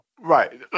Right